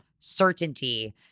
certainty